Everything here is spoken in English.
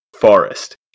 Forest